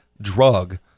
drug